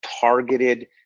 targeted